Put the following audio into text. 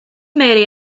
mary